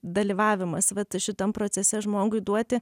dalyvavimas vat šitam procese žmogui duoti